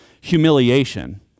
humiliation